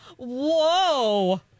Whoa